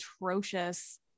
atrocious